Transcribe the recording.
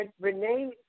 Renee